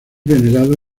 venerado